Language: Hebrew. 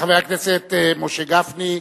חבר הכנסת משה גפני,